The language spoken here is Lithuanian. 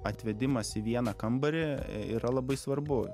atvedimas į vieną kambarį yra labai svarbu